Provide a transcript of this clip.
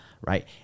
right